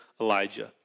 Elijah